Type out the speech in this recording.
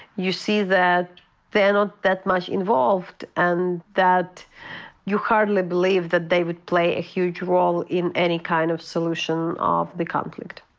you see that they're not that much involved, and that you hardly believe that they would play a huge role in any kind of solution of the conflict.